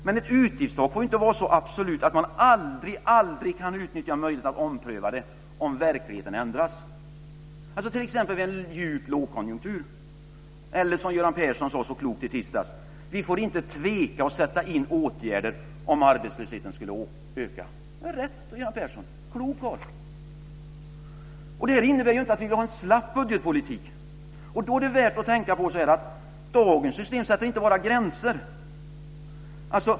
Men ett utgiftstak får ju inte vara så absolut att man aldrig någonsin kan utnyttja möjligheten att ompröva det om verkligheten ändras. Ett exempel är en djup lågkonjunktur, eller som Göran Persson sade så klokt i tisdags: Vi får inte tveka att sätta in åtgärder om arbetslösheten skulle öka. Det är rätt, Göran Persson! Han är en klok karl! Det här innebär ju inte att vi vill ha en slapp budgetpolitik. Det är värt att tänka på att dagens system inte bara sätter gränser.